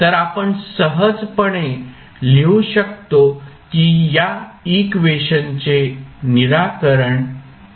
तर आपण सहजपणे लिहू शकतो की या इक्वेशनचे निराकरण असेल